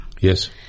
Yes